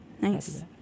Nice